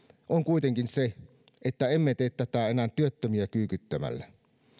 on kuitenkin se että emme tee tätä enää työttömiä kyykyttämällä